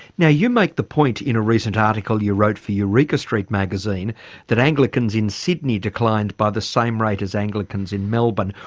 now you make the point in a recent article you wrote for eureka street magazine that anglicans in sydney declined by the same rate as anglicans in melbourne.